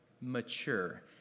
mature